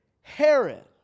Herod